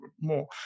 more